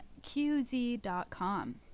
QZ.com